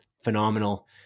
phenomenal